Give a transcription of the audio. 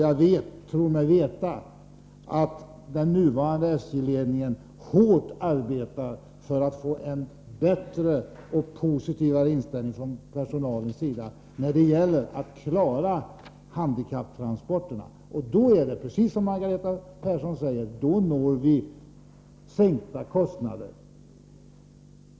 Jag tror mig veta att den nuvarande SJ-ledningen hårt arbetar för att få till stånd en bättre och positivare inställning hos personalen när det gäller att klara handikapptransporterna. Gör man det uppnår man — precis som Margareta Persson säger — sänkta kostnader.